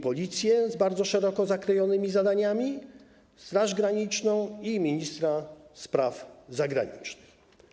Policję z bardzo szeroko zakrojonymi zadaniami, Straż Graniczną i ministra spraw zagranicznych.